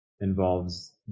involves